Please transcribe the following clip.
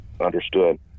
Understood